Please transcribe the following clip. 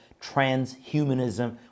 Transhumanism